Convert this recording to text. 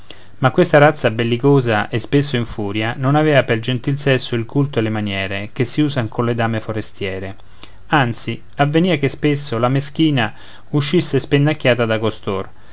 ma questa razza bellicosa e spesso in furia non avea pel gentil sesso il culto e le maniere che si usan colle dame forestiere anzi avvenia che spesso la meschina uscisse spennacchiata da costor